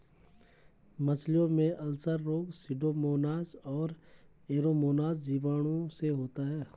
मछलियों में अल्सर रोग सुडोमोनाज और एरोमोनाज जीवाणुओं से होता है